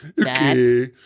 okay